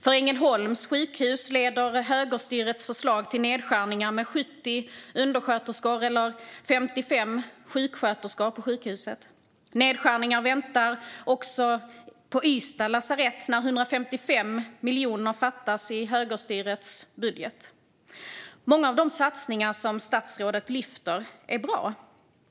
För Ängelholms sjukhus leder högerstyrets förslag till nedskärningar med 70 undersköterskor eller 55 sjuksköterskor på sjukhuset. Nedskärningar väntar också på Ystad lasarett när 155 miljoner fattas i högerstyrets budget. Många av de satsningar som statsrådet lyfter är bra.